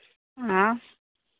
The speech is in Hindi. हाँ